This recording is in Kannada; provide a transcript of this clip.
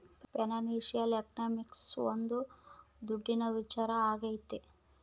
ಫೈನಾನ್ಶಿಯಲ್ ಎಕನಾಮಿಕ್ಸ್ ಒಂದ್ ದುಡ್ಡಿನ ವಿಚಾರ ಆಗೈತೆ